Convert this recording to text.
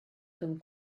comme